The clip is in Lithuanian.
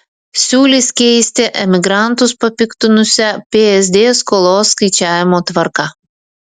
siūlys keisti emigrantus papiktinusią psd skolos skaičiavimo tvarką